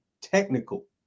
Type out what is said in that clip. technical